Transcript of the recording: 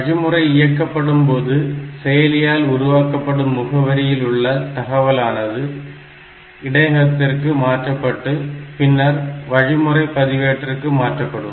வழிமுறை இயக்கப்படும்போது செயலியால் உருவாக்கப்படும் முகவரியில் உள்ள தகவலானது இடையகத்தற்கு மாற்றப்பட்டு பின்னர் வழிமுறை பதிவேட்டிற்கு மாற்றப்படும்